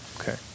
Okay